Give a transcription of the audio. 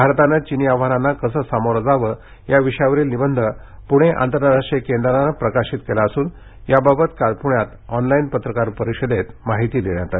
भारताने चिनी आव्हानांना कसे सामोरे जावे या विषयावरील निबंध पुणे आंतरराष्ट्रीय केंद्राने प्रकाशित केला असून त्याबाबत काल पुण्यात ऑनलाईन पत्रकार परिषदेत माहिती देण्यात आली